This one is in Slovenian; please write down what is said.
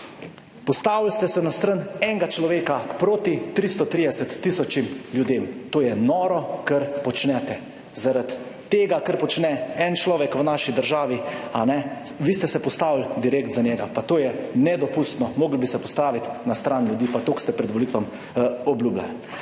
Postavili ste se na stran enega človeka proti tristo 330 ljudem. To je noro, kar počnete. Zaradi tega, kar počne en človek v naši državi, vi ste se postavili direkt za njega, pa to je nedopustno, mogli bi se postaviti na stran ljudi pa toliko ste pred volitvami obljubljali.